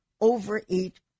overeat